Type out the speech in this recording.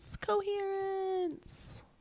coherence